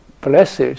blessed